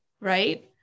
right